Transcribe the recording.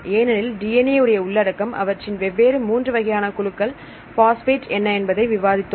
ஏனெனில் DNA உடைய உள்ளடக்கம் அவற்றின் வெவ்வேறு மூன்று வகையான குழுக்கள் பாஸ்பேட் என்ன என்பதை விவாதித்தோம்